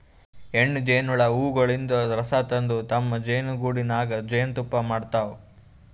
ಹೆಣ್ಣ್ ಜೇನಹುಳ ಹೂವಗೊಳಿನ್ದ್ ರಸ ತಂದ್ ತಮ್ಮ್ ಜೇನಿಗೂಡಿನಾಗ್ ಜೇನ್ತುಪ್ಪಾ ಮಾಡ್ತಾವ್